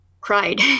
cried